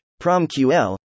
PromQL